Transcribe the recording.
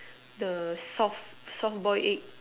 the soft soft boil egg